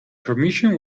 permission